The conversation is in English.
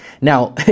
Now